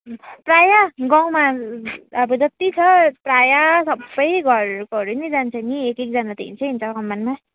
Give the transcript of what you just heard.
प्रायः गाउँमा अब जत्ति छ प्रायः सबै घरकोहरू नै जान्छ नि एक एकजना त हिँड्छै हिँड्छ नि त कमानमा